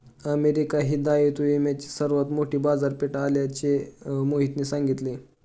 America ही दायित्व विम्याची सर्वात मोठी बाजारपेठ असल्याचे मोहितने सांगितले